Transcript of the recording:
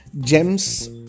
gems